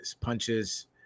punches